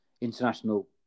international